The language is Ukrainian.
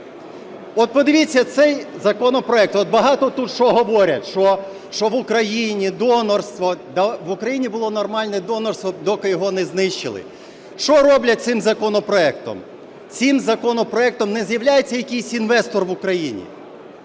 От подивіться цей законопроект, от багато тут, що говорять, що в Україні донорство… Да в Україні було нормальне донорство, доки його не знищили. Що роблять цим законопроектом? Цим законопроектом не з'являється якийсь інвестор в Україні,